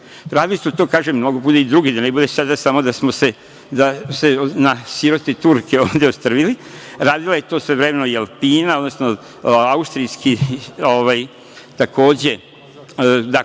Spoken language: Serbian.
umu. Radili su to, kažem, mnogo puta i drugi, da ne bude sada samo da smo se na sirote Turke ovde ostrvili, radila je to svojevremeno i „Alpina“, odnosno austrijski, takođe,